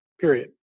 period